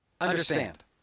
Understand